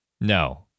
No